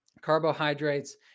carbohydrates